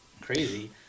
crazy